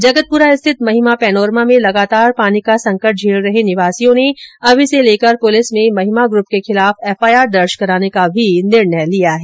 जगतपुरा स्थित महिमा पैनोरमा में लगातार पानी का संकट झेल रहे निवासियों ने अब इसे लेकर पुलिस में महिमा ग्र्प के खिलाफ एफआईआर दर्ज कराने का निर्णय लिया है